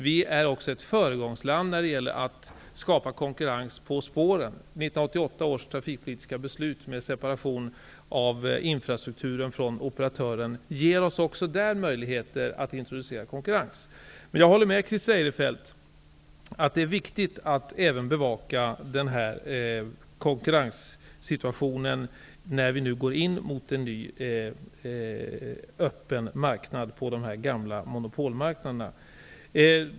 Vi är också ett föregångsland när det gäller att skapa konkurrens på spåren. 1988 års trafikpolitiska beslut med separation av infrastrukturen från operatören ger oss också möjligheter att introducera konkurrens. Men jag håller med Christer Eirefelt om att det är viktigt att även bevaka konkurrenssituationen när vi nu går mot en ny öppen marknad på de gamla monopolmarknaderna.